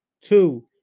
Two